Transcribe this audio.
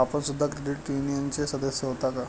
आपण सुद्धा क्रेडिट युनियनचे सदस्य होता का?